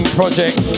project